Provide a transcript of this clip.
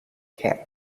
cap